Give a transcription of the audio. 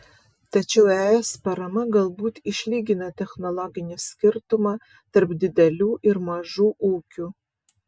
tačiau es parama galbūt išlygina technologinį skirtumą tarp didelių ir mažų ūkių